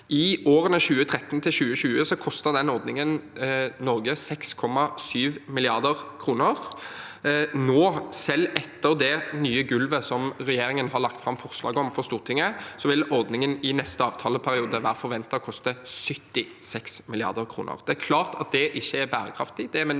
I årene 2013–2020 kostet den ordningen Norge 6,7 mrd. kr. Nå, selv etter det nye gulvet som regjeringen har lagt fram forslag om for Stortinget, er ordningen i neste avtaleperiode forventet å koste 76 mrd. kr. Det er klart at det ikke er bærekraftig.